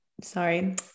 sorry